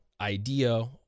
idea